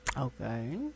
okay